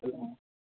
సరే మేడం